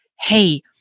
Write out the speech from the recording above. hey